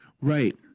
Right